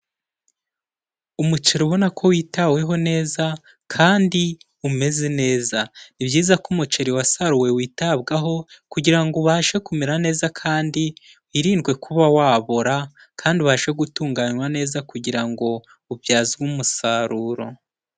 Umuceri ubona ko witaweho neza kandi umeze neza, ni byiza ko umuceri wasaruwe witabwaho kugira ngo ubashe kumera neza kandi wirindwe kuba wabora kandi ubashe gutunganywa neza kugira ngo ubyazwe umusaruro.